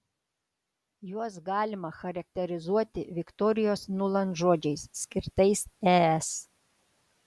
juos galima charakterizuoti viktorijos nuland žodžiais skirtais es